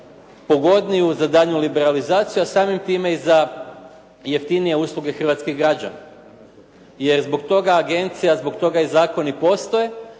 pogodniju za daljnju liberalizaciju a samim time i za jeftinije usluge hrvatskih građana jer zbog toga agencija, zbog toga i zakoni postoje